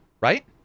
right